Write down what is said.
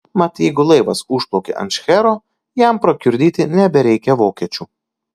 mat jeigu laivas užplaukia ant šchero jam prakiurdyti nebereikia vokiečių